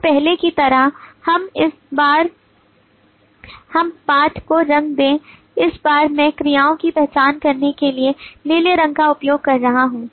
तो पहले की तरह इस बार हम पाठ को रंग दें इस बार मैं क्रियाओं की पहचान करने के लिए नीले रंग का उपयोग कर रहा हूं